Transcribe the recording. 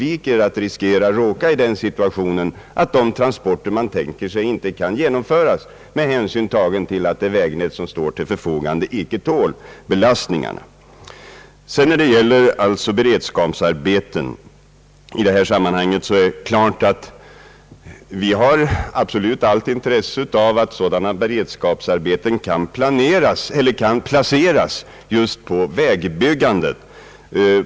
Man skulle då undvika att råka i den situationen att planerade transporter inte kan genomföras på grund av att det vägnät som står till förfogande inte tål belastningen. När det gäller beredskapsarbeten i detta sammanhang har vi givetvis allt intresse av att sådana kan placeras just på vägbyggandet.